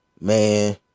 Man